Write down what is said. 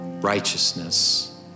righteousness